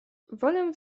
wolę